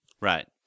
Right